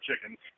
chickens